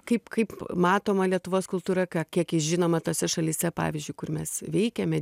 kaip kaip matoma lietuvos kultūra ką kiek ji žinoma tose šalyse pavyzdžiui kur mes veikiame